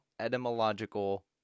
etymological